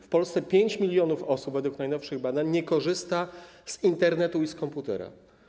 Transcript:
W Polsce 5 mln osób, według najnowszych badań, nie korzysta z Internetu i z komputera.